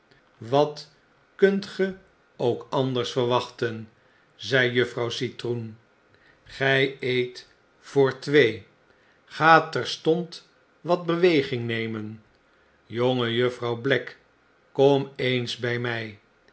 wat kunt ge ook auders verwachten zei juffrouw citroen gg eet voor twee ga terstond wat bewe nng nemen jongejuffrouw black kom eens bg mg